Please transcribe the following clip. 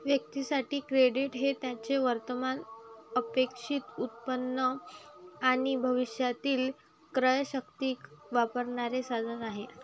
व्यक्तीं साठी, क्रेडिट हे त्यांचे वर्तमान अपेक्षित उत्पन्न आणि भविष्यातील क्रयशक्ती वापरण्याचे साधन आहे